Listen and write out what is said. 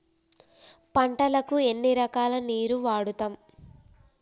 పంటలకు ఎన్ని రకాల నీరు వాడుతం?